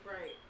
Right